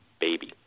baby